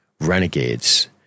renegades